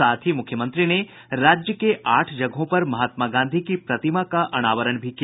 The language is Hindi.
साथ ही मुख्यमंत्री ने राज्य के आठ जगहों पर महात्मा गांधी की प्रतिमा का अनावरण भी किया